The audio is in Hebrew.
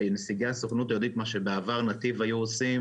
שנציגי הסוכנות היהודית מה שבעבר נתיב היו עושים,